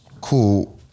cool